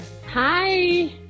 Hi